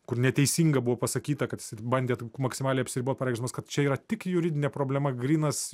kur neteisinga buvo pasakyta kad bandėt maksimaliai apsiribot pareikšdamas kad čia yra tik juridinė problema grynas